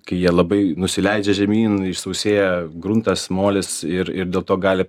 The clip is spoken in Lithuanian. kai jie labai nusileidžia žemyn išsausėję gruntas molis ir ir dėl to gali